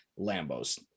Lambos